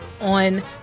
on